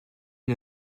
une